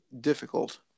difficult